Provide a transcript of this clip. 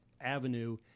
avenue